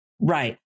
Right